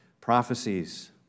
prophecies